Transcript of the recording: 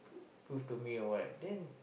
prove to me or what then